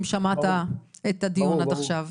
אם שמעת את הדיון עד עכשיו.